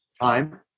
Time